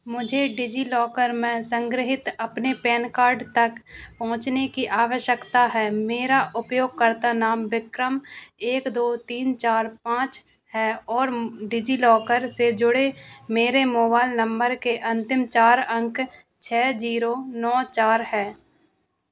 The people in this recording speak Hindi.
मुझे डिजिलॉकर में संग्रहित अपने पेन कार्ड तक पहुँचने की आवश्यकता है मेरा उपयोगकर्ता नाम विक्रम एक दो तीन चार पाँच है और डिजिलॉकर से जुड़े मेरे मोबाइल नंबर के अंतिम चार अंक छः जीरो नौ चार है